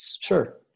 Sure